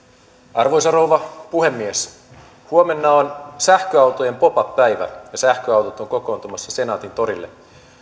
arvoisa rouva puhemies huomenna on sähköautojen pop up päivä ja sähköautot ovat kokoontumassa senaatintorille